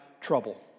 trouble